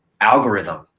algorithm